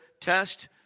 test